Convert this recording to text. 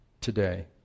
today